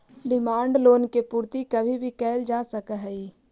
demand loan के पूर्ति कभी भी कैल जा सकऽ हई